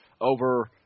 over